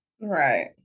Right